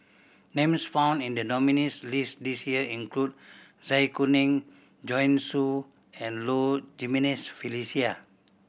names found in the nominees' list this year include Zai Kuning Joanne Soo and Low Jimenez Felicia